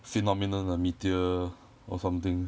phenomenon uh meteor or something